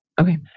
Okay